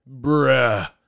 Bruh